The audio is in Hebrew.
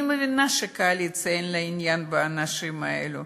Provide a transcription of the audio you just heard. אני מבינה שהקואליציה, אין לה עניין באנשים האלה,